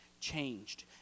changed